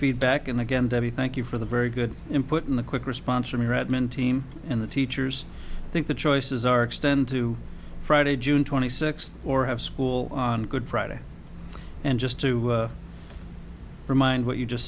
feedback and again thank you for the very good input and the quick response from the redmond team and the team here's i think the choices are extend to friday june twenty sixth or have school on good friday and just to remind what you just